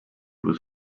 was